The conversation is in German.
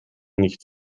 nicht